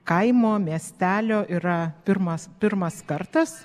kaimo miestelio yra pirmas pirmas kartas